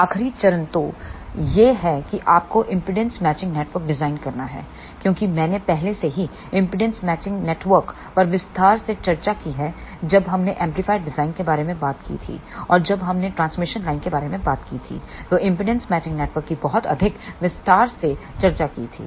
आखिरी चरण तो यह है कि आपको इंपेडेंस मैचिंग नेटवर्क डिजाइन करना है क्योंकि मैंने पहले से ही इंपेडेंस मैचिंग नेटवर्क पर विस्तार से चर्चा की है जब हमने एम्पलीफायर डिजाइन के बारे में बात की थी और जब हमने ट्रांसमिशन लाइन के बारे में बात की थी तो इंपेडेंस मैचिंग नेटवर्क की बहुत अधिक विस्तार से चर्चा की थी